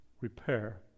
repair